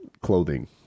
clothing